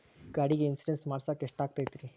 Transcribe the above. ಗಾಡಿಗೆ ಇನ್ಶೂರೆನ್ಸ್ ಮಾಡಸಾಕ ಎಷ್ಟಾಗತೈತ್ರಿ?